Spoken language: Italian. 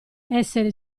essere